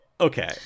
Okay